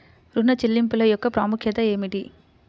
ఋణ చెల్లింపుల యొక్క ప్రాముఖ్యత ఏమిటీ?